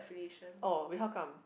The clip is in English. oh wait how come